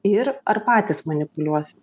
ir ar patys manipuliuosit